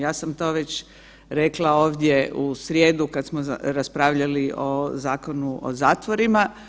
Ja sam to već rekla ovdje u srijedu kada smo raspravljali o Zakonu o zatvorima.